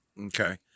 Okay